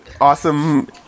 awesome